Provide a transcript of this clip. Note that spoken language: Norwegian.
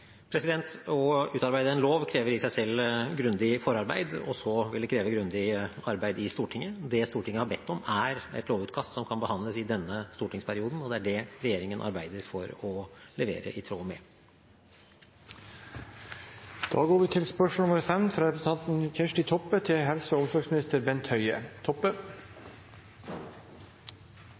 Å utarbeide en lov krever i seg selv grundig forarbeid, og så vil det kreve grundig arbeid i Stortinget. Det Stortinget har bedt om, er et lovutkast som kan behandles i denne stortingsperioden, og det er det regjeringen arbeider for å levere i tråd med. «Norsk Sykepleierforbund har varslet Fylkesmannen i Telemark om kritiske arbeidsforhold ved Notodden sykehus. Fylkeslegen ser alvorlig på saken og